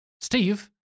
Steve